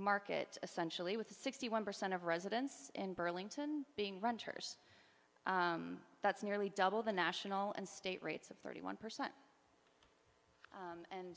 market essentially with sixty one percent of residents in burlington being renters that's nearly double the national and state rates of thirty one percent and